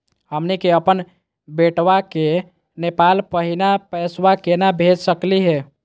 हमनी के अपन बेटवा क नेपाल महिना पैसवा केना भेज सकली हे?